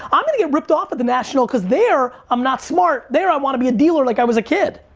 um gonna get ripped off at the national cause there, i'm not smart. there, i wanna be a dealer like i was a kid.